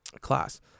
class